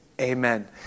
Amen